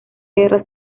guerra